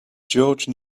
george